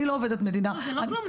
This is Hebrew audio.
לא, זה לא כלום.